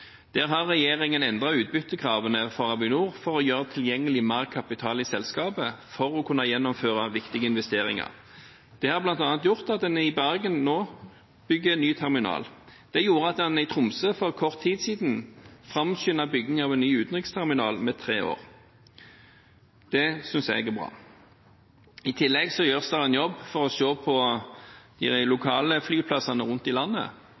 Der har regjeringen endret utbyttekravene for Avinor for å gjøre tilgjengelig mer kapital i selskapet for å kunne gjennomføre viktige investeringer. Det har bl.a. gjort at en i Bergen nå bygger en ny terminal. Det gjorde at en i Tromsø for kort tid siden framskyndet bygging av en ny utenriksterminal med tre år. Det synes jeg er bra. I tillegg gjøres det en jobb for å se på de lokale flyplassene rundt i landet.